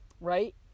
right